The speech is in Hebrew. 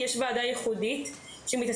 יש ועדה משפטית ייחודית שמתעסקת,